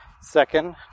second